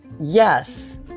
yes